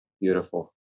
Beautiful